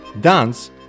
Dance